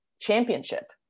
championship